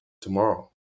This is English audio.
tomorrow